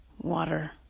water